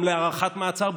גם להארכת מעצר,